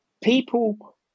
people